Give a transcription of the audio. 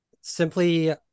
simply